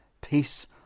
peace